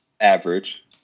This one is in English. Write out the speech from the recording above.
average